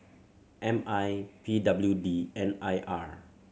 M I P W D and I R